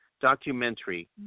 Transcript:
documentary